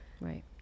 Right